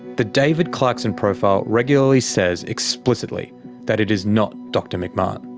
the david clarkson profile regularly says explicitly that it is not dr mcmahon.